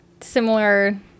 similar